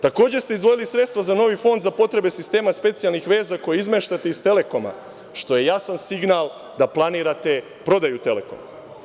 Takođe ste izdvojili sredstva za novi fond za potrebe sistema specijalnih veza koje izmeštate iz „Telekoma“, što je jasan signal da planirate prodaju „Telekoma“